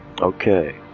Okay